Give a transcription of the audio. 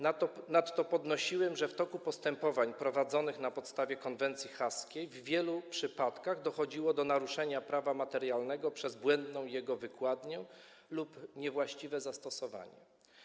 Nadto podnosiłem, że w toku postępowań prowadzonych na podstawie konwencji haskiej w wielu przypadkach dochodziło do naruszenia prawa materialnego przez jego błędną wykładnię lub niewłaściwe zastosowanie.